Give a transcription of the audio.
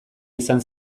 izan